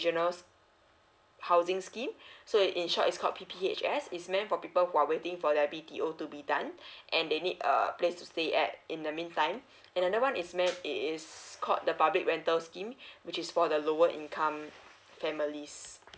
housing scheme so in short it's called p p h s it is meant for people while waiting for their b t o to be done and they need a a place to stay at in the mean time another one is it it's called the public rental scheme which is for the lower income families